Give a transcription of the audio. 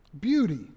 beauty